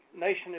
nation